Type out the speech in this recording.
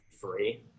free